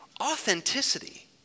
authenticity